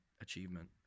achievement